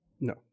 No